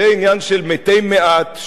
זה עניין של מתי מעט,